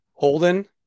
Holden